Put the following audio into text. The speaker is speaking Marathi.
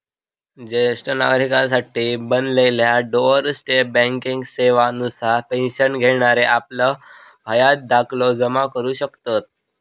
ज्येष्ठ नागरिकांसाठी बनलेल्या डोअर स्टेप बँकिंग सेवा नुसार पेन्शन घेणारे आपलं हयात दाखलो जमा करू शकतत